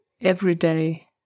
everyday